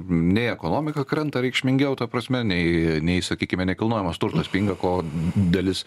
nei ekonomika krenta reikšmingiau ta prasme nei nei sakykime nekilnojamas turtas pinga ko dalis